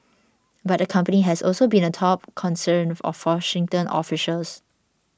but the company has also been a top concern of Washington officials